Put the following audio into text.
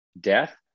death